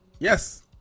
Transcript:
Yes